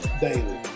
Daily